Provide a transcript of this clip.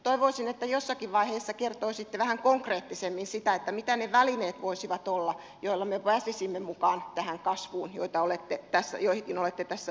toivoisin että jossakin vaiheessa kertoisitte vähän konkreettisemmin mitä ne välineet voisivat olla joilla me pääsisimme mukaan tähän kasvuun ja joihin olette tässä viitanneet